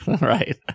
right